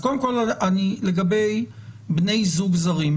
קודם כול, לגבי בני זוג זרים.